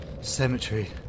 cemetery